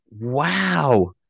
wow